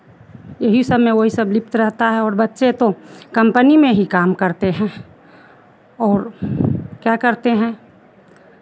यही सबमें वही सब लिप्त रहता है और बच्चे तो कम्पनी में ही काम करते हैं और क्या करते हैं